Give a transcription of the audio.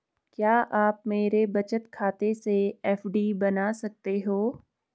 क्या आप मेरे बचत खाते से एफ.डी बना सकते हो?